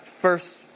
first